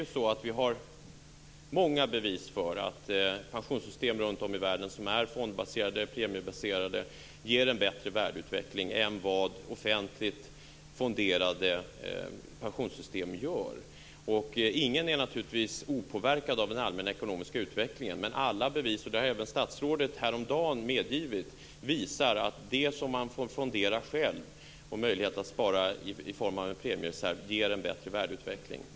Vi har många bevis på att pensionssystem runt om vi världen som är fondbaserade och premiebaserade ger en bättre värdeutveckling än vad offentligt fonderade pensionssystem gör. Ingen är naturligtvis opåverkad av den allmänna ekonomiska utvecklingen, men alla bevis - och det har även statsrådet medgivit häromdagen - visar att det som man får fondera själv genom möjlighet att spara i form av en premiereserv ger en bättre värdeutveckling.